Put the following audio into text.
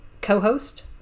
Co-host